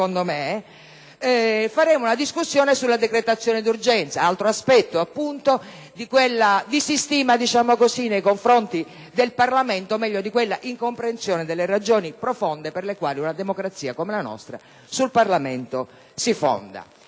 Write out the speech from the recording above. in Senato una discussione sulla decretazione d'urgenza, altro aspetto di quella disistima nei confronti del Parlamento o meglio di quella incomprensione delle ragioni profonde per le quali una democrazia come la nostra sul Parlamento si fonda.